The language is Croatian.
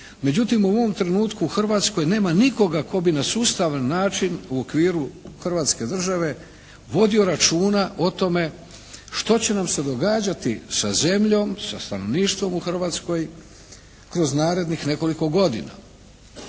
Međutim u ovom trenutku u Hrvatskoj nema nikoga tko bi na sustavan način u okviru Hrvatske države vodio računa o tome što će nam se događati sa zemljom, sa stanovništvom u Hrvatskoj kroz narednih nekoliko godina.